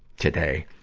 today.